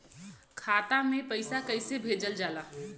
खाता में पैसा कैसे भेजल जाला?